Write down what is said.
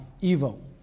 evil